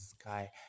sky